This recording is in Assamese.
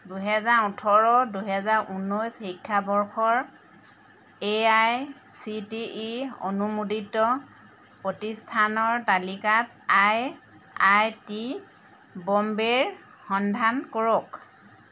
দুহেজাৰ ওঠৰ দুহেজাৰ ঊনৈছ শিক্ষাবৰ্ষৰ A I C T E অনুমোদিত প্ৰতিষ্ঠানৰ তালিকাত আই আই টি বম্বেৰ সন্ধান কৰক